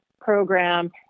program